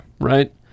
right